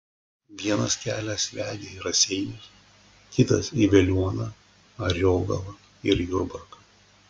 vienas kelias vedė į raseinius kitas į veliuoną ariogalą ir jurbarką